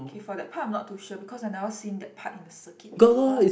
okay for that part I am not too sure because I've never seen that part in the circuit before